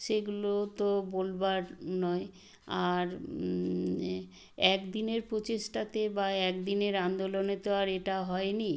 সেগুলো তো বোলবার নয় আর এ এক দিনের প্রচেষ্টাতে বা এক দিনের আন্দোলনে তো আর এটা হয় নি